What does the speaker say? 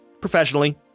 professionally